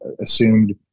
assumed